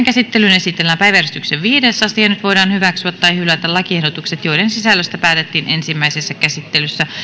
käsittelyyn esitellään päiväjärjestyksen viides asia nyt voidaan hyväksyä tai hylätä lakiehdotukset joiden sisällöstä päätettiin ensimmäisessä käsittelyssä